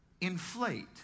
Inflate